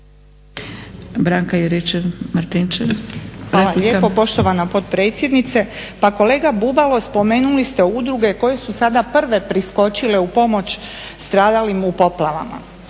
Branka (HDZ)** Hvala lijepo poštovana potpredsjednice. Pa kolega Bubalo spomenuli ste udruge koje su sada prve priskočile u pomoć stradalim u poplavama.